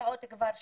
נמצאות כבר שנה.